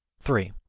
three.